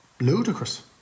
ludicrous